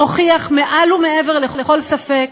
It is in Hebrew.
מוכיחים מעל ומעבר לכל ספק